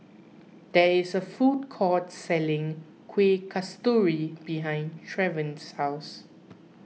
there is a food court selling Kuih Kasturi behind Trayvon's house